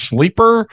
Sleeper